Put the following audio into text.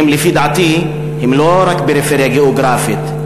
שלפי דעתי הם לא רק פריפריה גיאוגרפית,